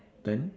then